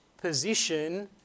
position